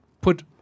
put